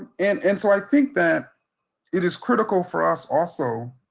and and so i think that it is critical for us also